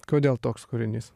kodėl toks kūrinys